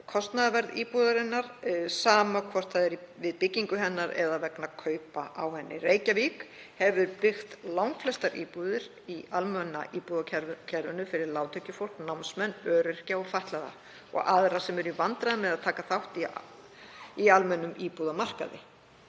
kostnaðarverð íbúðarinnar, sama hvort það er við byggingu hennar eða vegna kaupa á henni. Reykjavík hefur byggt langflestar íbúðir í almenna íbúðakerfinu fyrir lágtekjufólk, námsmenn, öryrkja og fatlaða og aðra sem eru í vandræðum með að taka þátt í almennum íbúðamarkaði.